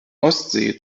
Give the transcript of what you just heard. ostsee